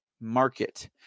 market